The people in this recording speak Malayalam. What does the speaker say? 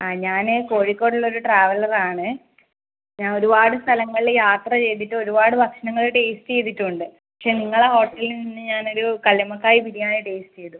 ആ ഞാന് കോഴിക്കോട് ഉള്ള ഒരു ട്രാവലറാണ് ഞാൻ ഒരുപാട് സ്ഥലങ്ങളില് യാത്ര ചെയ്തിട്ട് ഒരുപാട് ഭക്ഷണങ്ങള് ടേസ്റ്റ് ചെയ്തിട്ടും ഉണ്ട് പക്ഷെ നിങ്ങളുടെ ഹോട്ടലിൽ നിന്ന് ഞാൻ ഒരു കല്ലുമ്മക്കായ് ബിരിയാണി ടേസ്റ്റ് ചെയ്തു